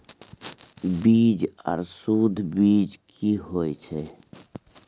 बीज आर सुध बीज की होय छै?